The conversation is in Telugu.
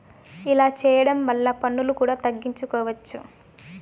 ఇలా చేయడం వల్ల పన్నులు కూడా తగ్గించుకోవచ్చు